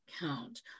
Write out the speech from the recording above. count